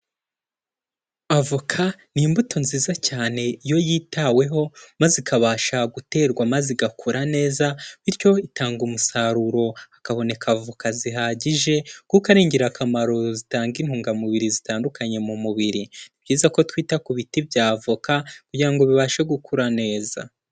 Avoka ni imbuto nziza cyane iyo yitaweho maze ikabasha guterwa maze igakura neza bityo itanga umusaruro, hakaboneka avoka zihagije kuko ari ingirakamaro zitanga intungamubiri zitandukanye mu mubiri, ni byiza ko twita ku biti bya avoka kugira bibashe gukura neza.